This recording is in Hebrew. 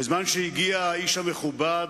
בזמן שהגיע האיש המכובד,